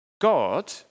God